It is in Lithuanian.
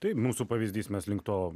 tai mūsų pavyzdys mes link to